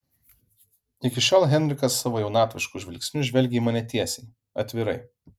iki šiol henrikas savo jaunatvišku žvilgsniu žvelgė į mane tiesiai atvirai